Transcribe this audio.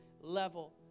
level